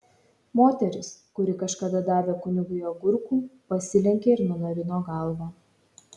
moteris kuri kažkada davė kunigui agurkų pasilenkė ir nunarino galvą